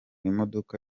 imodoka